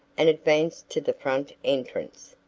and advanced to the front entrance.